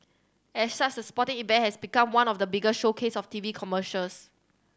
as such the sporting event has become one of the biggest showcases of T V commercials